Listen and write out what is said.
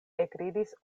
ekridis